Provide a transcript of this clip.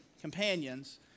companions